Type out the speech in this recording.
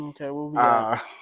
Okay